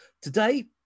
Today